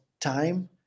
time